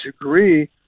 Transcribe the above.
agree